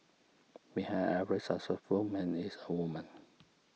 behind every successful man is a woman